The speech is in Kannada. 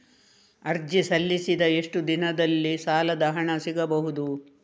ಅರ್ಜಿ ಸಲ್ಲಿಸಿದ ಎಷ್ಟು ದಿನದಲ್ಲಿ ಸಾಲದ ಹಣ ಸಿಗಬಹುದು?